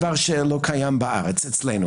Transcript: דבר שלא קיים אצלנו.